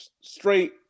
straight